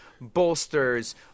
bolsters